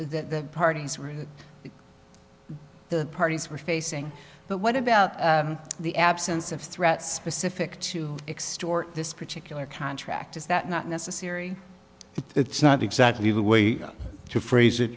that parties were the parties were facing but what about the absence of threats specific to extort this particular contract is that not necessary it's not exactly the way to phrase it